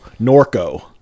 norco